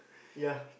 ya